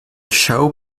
show